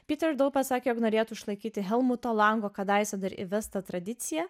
piter dough pasakė jog norėtų išlaikyti helmuto lango kadaise dar įvestą tradiciją